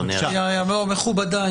אדוני היושב-ראש.